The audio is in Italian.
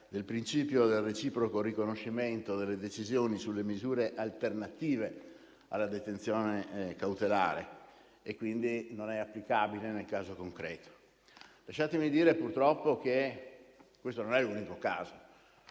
del principio del reciproco riconoscimento delle decisioni sulle misure alternative alla detenzione cautelare e quindi non è applicabile nel caso concreto. Lasciatemi dire, purtroppo, che questo non è l'unico caso.